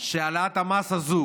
שהעלאת המס הזאת